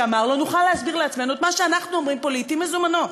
שאמר שלא נוכל להסביר לעצמנו את מה שאנחנו אומרים פה לעתים מזומנות,